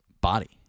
body